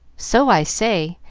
so i say,